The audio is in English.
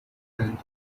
and